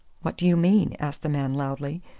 what do you mean? asked the man loudly.